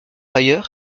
ailleurs